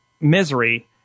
misery